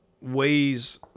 ways